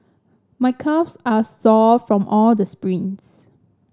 my calves are sore from all the sprints